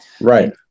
right